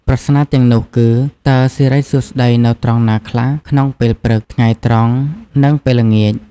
ប្រស្នាទាំងនោះគឺ "តើសិរីសួស្ដីនៅត្រង់ណាខ្លះ ក្នុងពេលព្រឹក ថ្ងៃត្រង់ និងពេលល្ងាច?"